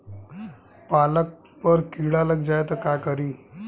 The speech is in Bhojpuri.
पालक पर कीड़ा लग जाए त का करी?